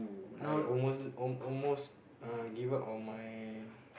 I almost all almost uh give up on my